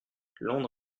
londres